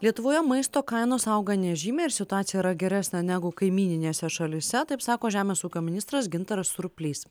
lietuvoje maisto kainos auga nežymiai ir situacija yra geresnė negu kaimyninėse šalyse taip sako žemės ūkio ministras gintaras ruplys